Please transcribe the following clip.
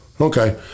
Okay